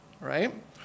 Right